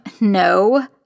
no